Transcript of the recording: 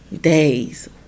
days